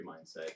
mindset